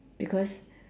because